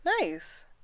nice